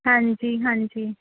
ਹਾਂਜੀ ਹਾਂਜੀ